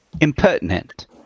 impertinent